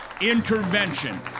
intervention